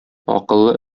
акыллы